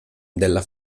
della